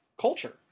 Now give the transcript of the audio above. culture